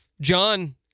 John